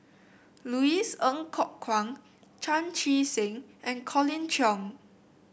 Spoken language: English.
Louis Ng Kok Kwang Chan Chee Seng and Colin Cheong